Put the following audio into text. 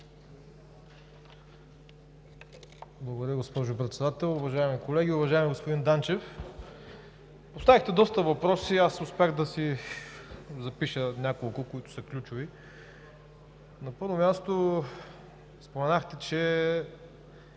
Благодаря, госпожо Председател. Уважаеми колеги! Уважаеми господин Данчев, поставихте доста въпроси и аз успях да си запиша няколко, които са ключови. На първо място, споменахте, че